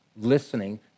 listening